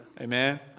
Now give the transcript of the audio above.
Amen